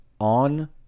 on